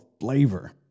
flavor